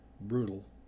brutal